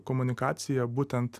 komunikacija būtent